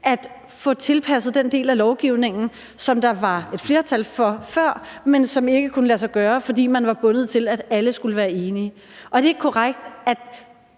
at få tilpasset den del af lovgivningen, som der var et flertal for før, men hvilket ikke kunne lade sig gøre, fordi man var bundet til, at alle skulle være enige. Er det ikke korrekt, at